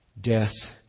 death